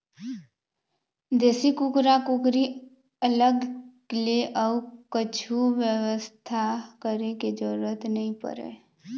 देसी कुकरा कुकरी अलग ले अउ कछु बेवस्था करे के जरूरत नइ परय